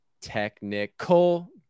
Technical